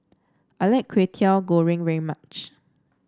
I like Kwetiau Goreng very much